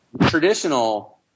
Traditional